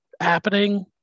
happening